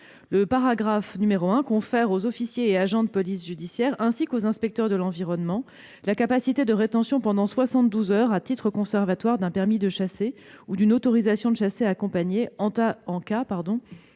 de chasse. Le 1° confère aux officiers et agents de police judiciaire ainsi qu'aux inspecteurs de l'environnement la capacité de rétention pendant soixante-douze heures à titre conservatoire d'un permis de chasser ou d'une autorisation de chasser accompagné, en cas